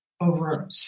over